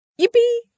Yippee